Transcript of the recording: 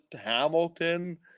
Hamilton